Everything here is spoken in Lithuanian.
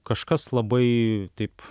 kažkas labai taip